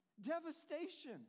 Devastation